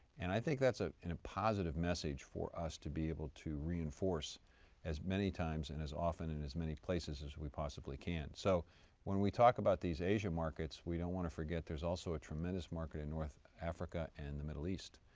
and i think that's ah a a positive message for us to be able to reinforce as many times and as often and as many places as we possibly can. so when we talk about these asia markets we don't want to forget there's also a tremendous market in north africa and in the middle east,